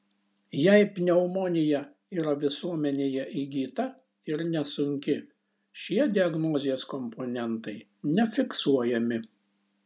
jei pneumonija yra visuomenėje įgyta ir nesunki šie diagnozės komponentai nefiksuojami